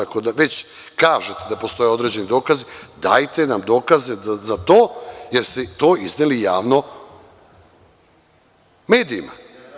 Ako već kažete da postoje određeni dokazi, dajte nam dokaze za to, jer ste to izneli javno medijima.